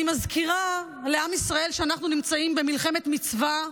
אני מזכירה לעם ישראל שאנחנו נמצאים במלחמת מצווה,